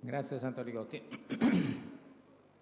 *(Applausi